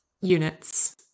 units